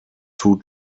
two